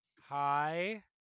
Hi